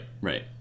right